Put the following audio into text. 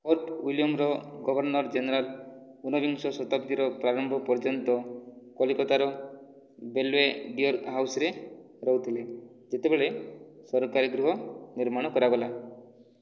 fort ୱିଲିୟମ୍ର governor general ଉନବିଂଶ ଶତାବ୍ଦୀର ପ୍ରାରମ୍ଭ ପର୍ଯ୍ୟନ୍ତ କଲିକତାର ବେଲ୍ୱେଡିୟର ହାଉସ୍ରେ ରହୁଥିଲେ ଯେତେବେଳେ ସରକାରୀ ଗୃହ ନିର୍ମାଣ କରାଗଲା